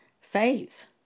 faith